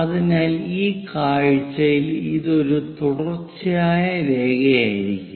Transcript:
അതിനാൽ ഈ കാഴ്ചയിൽ ഇത് ഒരു തുടർച്ചയായ രേഖയായിരിക്കും